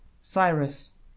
cyrus